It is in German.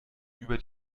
über